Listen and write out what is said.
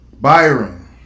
Byron